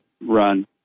run